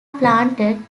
planted